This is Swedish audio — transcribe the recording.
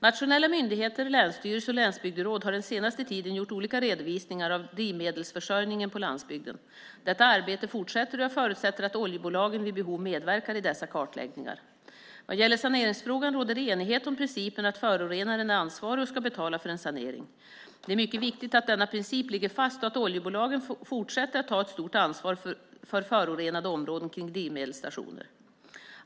Nationella myndigheter, länsstyrelser och länsbygderåd har den senaste tiden gjort olika redovisningar av drivmedelsförsörjningen på landsbygden. Detta arbete fortsätter, och jag förutsätter att oljebolagen vid behov medverkar i dessa kartläggningar. Vad gäller saneringsfrågan råder det enighet om principen att förorenaren är ansvarig och ska betala för en sanering. Det är mycket viktigt att denna princip ligger fast och att oljebolagen får fortsätta att ta ett stort ansvar för förorenade områden kring drivmedelsstationer.